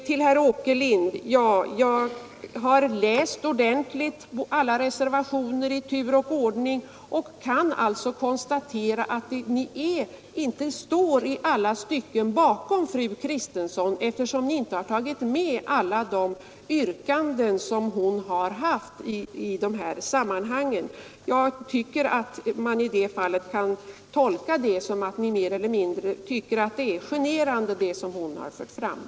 Till herr Åkerlind vill jag säga att jag ordentligt och i tur och ordning läst alla reservationer och kan alltså konstatera, att ni inte i alla stycken står bakom fru Kristensson, eftersom ni inte medtagit alla de yrkanden, som hon ställt i de här sammanhangen. Man kan enligt min mening tolka detta som att ni mer eller mindre finner fru Kristenssons yrkande vara generande.